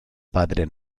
padre